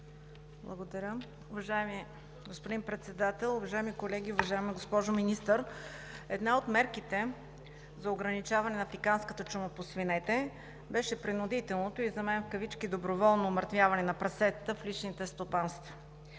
Благодаря. Уважаеми господин Председател, уважаеми колеги, уважаема госпожо Министър! Една от мерките за ограничаване на африканската чума по свинете беше принудителното и за мен „доброволно“ умъртвяване на прасетата в личните стопанства.